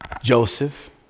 Joseph